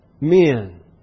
men